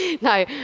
No